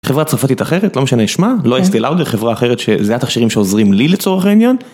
חברה צרפתית אחרת לא משנה שמה, לא אסתי לאודר, חברה אחרת שזה התכשרים שעוזרים לי לצורך העניין.